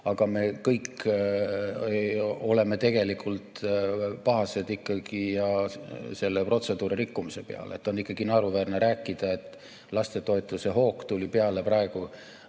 aga me kõik oleme tegelikult pahased ikkagi selle protseduuri rikkumise peale. On ikkagi naeruväärne rääkida, et lastetoetuse hoog tuli peale praegu